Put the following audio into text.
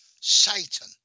Satan